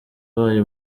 abaye